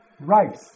rice